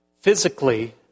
physically